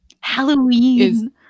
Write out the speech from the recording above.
Halloween